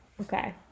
Okay